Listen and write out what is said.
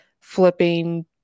flipping